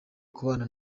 kubana